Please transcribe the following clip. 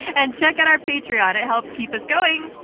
and check out our patreon it helps keep us going.